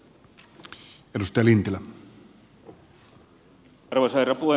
arvoisa herra puhemies